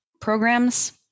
programs